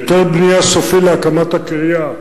היתר בנייה סופי להקמת הקריה,